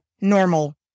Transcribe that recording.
normal